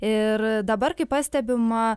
ir dabar kai pastebima